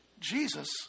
Jesus